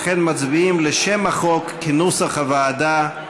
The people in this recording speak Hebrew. לכן מצביעים על שם החוק כנוסח הוועדה.